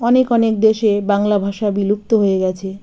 অনেক অনেক দেশে বাংলা ভাষা বিলুপ্ত হয়ে গেছে